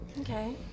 Okay